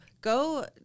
go